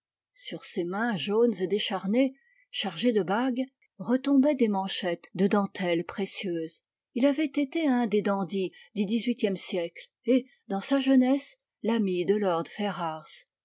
sur ses mains jaunes et décharnées chargées de bagues retombaient des manchettes de dentelle précieuse il avait été un des dandies du xvm e siècle et dans sa jeunesse l'ami de lord ferrars